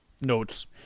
notes